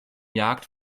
jagd